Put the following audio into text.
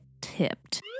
tipped